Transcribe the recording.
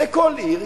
בכל עיר,